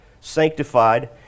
sanctified